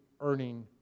earning